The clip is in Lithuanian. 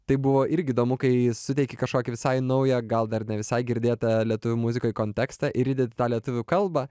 tai buvo irgi įdomu kai suteiki kažkokį visai naują gal dar ne visai girdėtą lietuvių muzikoj kontekstą ir įdedi tą lietuvių kalbą